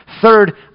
Third